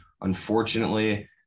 Unfortunately